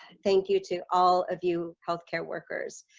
thank you to all of you healthcare workers.